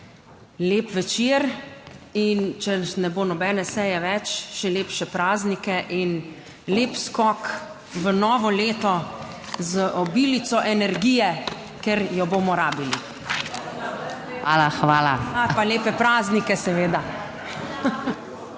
lep večer in če ne bo nobene seje več, še lepše praznike in lep skok v novo leto z obilico energije, ker jo bomo rabili. Pa lepe praznike seveda!